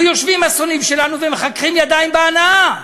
הרי יושבים השונאים שלנו ומחככים ידיים בהנאה.